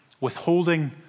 withholding